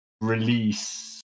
release